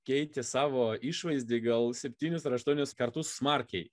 keitė savo išvaizdą gal septynis ar aštuonis kartus smarkiai